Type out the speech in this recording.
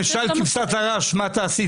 -- הנביא אומר לו את משל כבשת הרש מה אתה עשית.